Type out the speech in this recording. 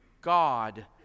god